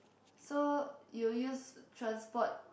so you will use transport